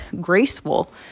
graceful